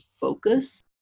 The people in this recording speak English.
focus